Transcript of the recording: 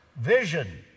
vision